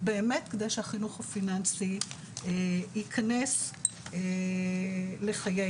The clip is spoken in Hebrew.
באמת כדי שהחינוך הפיננסי ייכנס לחיינו.